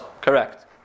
Correct